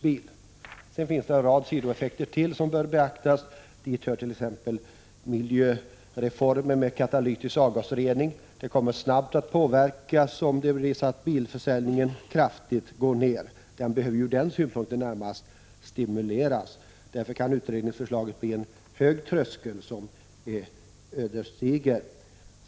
Det finns ytterligare en rad sidoeffekter som bör beaktas, t.ex. miljöreformen med katalytisk avgasrening. Den kommer att snabbt påverkas om bilförsäljningen kraftigt går ner, vilket ur den synpunkten närmast bör stimuleras. Därför kan utredningsförslaget vara en hög tröskel som blir ödesdiger.